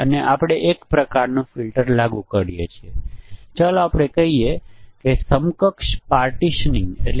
તેથી આપણે જોડીઓ ઉમેરવાનું ચાલુ રાખી શકીએ છીએ અને પછી તપાસ કરી શકીએ કે બધા સંભવિત સંયોજનો અસ્તિત્વમાં છે કે નહીં